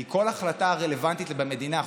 כי כל החלטה רלוונטית במדינה,